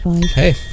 Hey